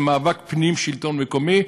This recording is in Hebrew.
זה מאבק פנים של השלטון המקומי,